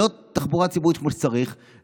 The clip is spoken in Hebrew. לא תחבורה ציבורית כמו שצריך,